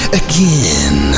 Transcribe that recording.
again